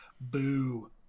boo